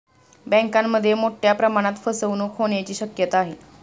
बँकांमध्ये मोठ्या प्रमाणात फसवणूक होण्याची शक्यता आहे